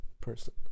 person